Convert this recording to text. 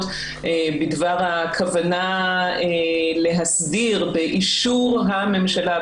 בדבר הכוונה להסדיר באישור הממשלה,